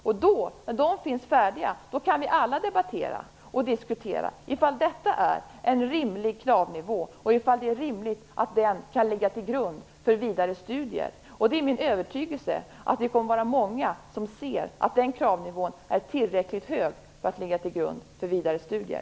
När dessa kursplaner är färdiga kan vi alla debattera och diskutera ifall detta är en rimlig kravnivå och ifall det är rimligt att den skall ligga till grund för vidare studier. Det är min övertygelse att många kommer att se att kravnivån är tillräckligt hög för att ligga till grund för vidare studier.